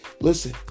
listen